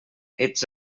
ets